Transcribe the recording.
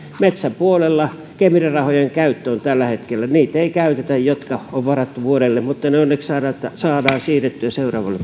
metsäpuolella kemera rahojen käyttö on tällä hetkellä sellaista että niitä jotka on vuodelle varattu ei käytetä mutta ne onneksi saadaan siirrettyä seuraavalle